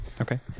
okay